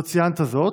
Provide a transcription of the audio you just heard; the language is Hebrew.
לא ציינת זאת.